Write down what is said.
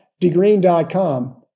degreen.com